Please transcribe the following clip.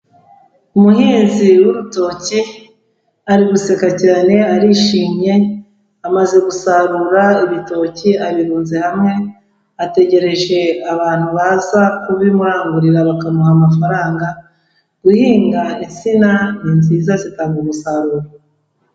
Umuhinzi w'urutoki ari guseka cyane arishimye, amaze gusarura ibitoki abirunze hamwe, ategereje abantu baza kubimurangurira bakamuha amafaranga; guhinga intsina ni nziza, zitanga umusaruro.